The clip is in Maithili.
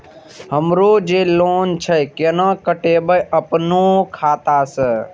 हमरो जे लोन छे केना कटेबे अपनो खाता से?